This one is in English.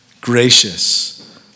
Gracious